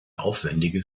aufwändige